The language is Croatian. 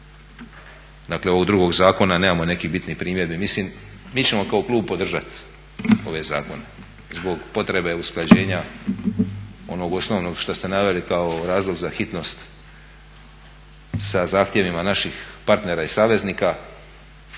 dakle ovog drugog zakona nemamo nekih bitnih primjedbi. Mislim, mi ćemo kao klub podržati ove zakone zbog potrebe usklađenja onog osnovnog što ste naveli kao razlog za hitnost sa zahtjevima naših partnera i saveznika